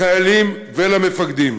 לחיילים ולמפקדים.